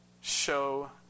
show